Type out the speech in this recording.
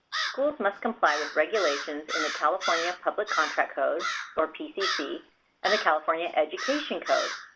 schools must comply with regulations in the california public contract code or pcc and the california education code.